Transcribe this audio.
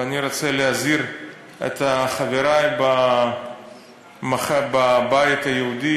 ואני רוצה להזהיר את חברי בבית היהודי,